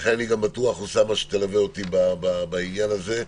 לכן אני גם בטוח, אוסאמה, שתלווה אותי בעניין הזה,